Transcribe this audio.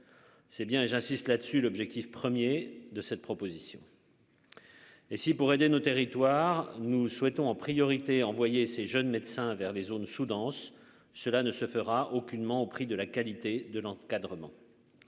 C'est bien, et j'insiste là-dessus l'objectif 1er de cette proposition. Et si pour aider nos territoires, nous souhaitons en priorité envoyer ces jeunes médecins vers les zones sous-denses, cela ne se fera aucunement au prix de la qualité de l'encadrement,